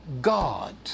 God